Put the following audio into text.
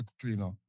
cleaner